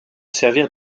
servir